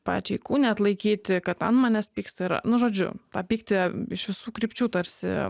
pačiai kūne atlaikyti kad ant manęs pyksta ir nu žodžiu tą pyktį iš visų krypčių tarsi